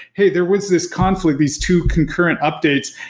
hey, there was this conflict, these two concurrent updates.